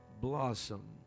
blossom